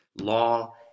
law